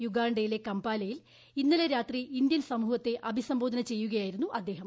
യുഗാണ്ടയിലെ കംപാലയിൽ ഇന്നലെ രാത്രി ഇന്ത്യൻ സിമൂഹത്തെ അഭിസംബോധന ചെയ്യുകയായിരുന്നു അദ്ദേഹം